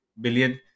billion